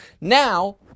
Now